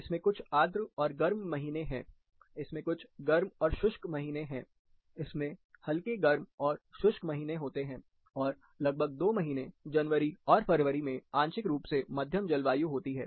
इसमें कुछ आर्द्र और गर्म महीने हैं इसमें कुछ गर्म और शुष्क महीने हैं इसमें हल्के गर्म और शुष्क महीने होते हैं और लगभग दो महीने जनवरी और फरवरी में आंशिक रूप से मध्यम जलवायु होती है